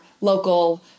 local